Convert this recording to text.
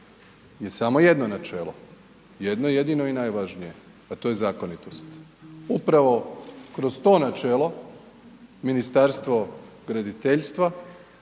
je samo jedno načelo, jedno jedino i najvažnije a to je zakonitost. Upravo kroz to načelo Ministarstvo graditeljstva